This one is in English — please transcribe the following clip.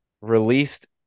released